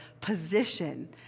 position